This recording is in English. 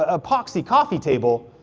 ah epoxy coffee table,